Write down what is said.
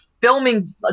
filming